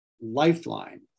lifeline